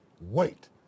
wait